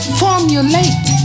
formulate